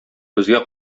безгә